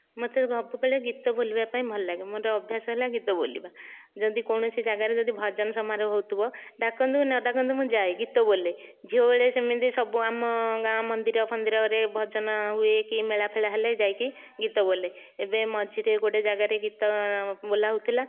ମୋତେ ସବୁବେଳେ ଗୀତ ବୋଲିବା ପାଇଁ ଭଲ ଲାଗେ ମୋର ଅଭ୍ୟାସ ହେଲା ଗୀତ ବୋଲିବା ଯେମିତି କୌଣସି ଜାଗାରେ ଯଦି ଭଜନ ସମାରୋହ ହେଉଥିବ ଡାକନ୍ତୁ କି ନ ଡାକନ୍ତୁ ମୁଁ ଯାଏ ଗୀତ ବୋଲେ ଝିଅବେଳେ ସେମିତି ସବୁ ଆମ ଗାଁ ମନ୍ଦିର ଫନ୍ଦିରରେ ଭଜନ ହୁଏ କି ମେଳା ଫେଳା ହେଲେ ଯାଇକି ଗୀତ ବୋଲେ ଏବେ ମଝିରେ ଗୋଟିଏ ଜାଗାରେ ଗୀତ ବୋଲାହେଉଥିଲା